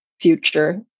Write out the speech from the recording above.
future